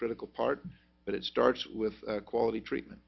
critical part but it starts with quality treatment